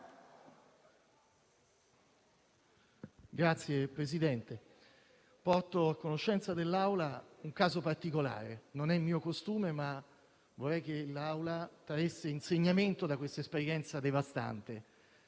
Signor Presidente, porto a conoscenza dell'Assemblea un caso particolare. Non è mio costume, ma vorrei che l'Assemblea traesse insegnamento da questa esperienza devastante: